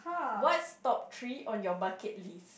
what's top three on your bucket list